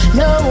no